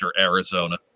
arizona